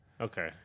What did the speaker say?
Okay